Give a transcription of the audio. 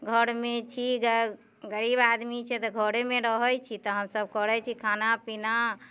घरमे छी गऽ गरीब आदमी छियै तऽ घरेमे रहै छी तऽ हमसभ करै छी खाना पीना